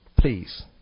Please